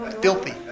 Filthy